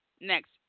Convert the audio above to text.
next